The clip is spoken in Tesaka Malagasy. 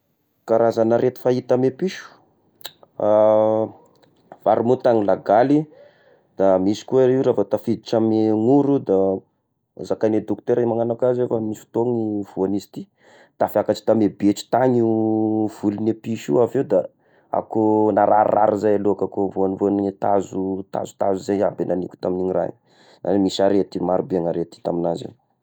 Karazagna arety fahita amy piso haromota, ny lagaly, da misy koa io rehefa tafiditra amin'ny oro da zakaigny dokotera hoe magnana koa zao fa misy fotoagny voan'ny izy ity, tafakatra tamy betro tagny io volon'ny i piso io avy eo da iako nararirary zaika lohako, voavoagn'ny tazo, tazotazo zay aby nagniko tamign'ny raha igny, ao misy arety maro be ny arety hita amignazy io.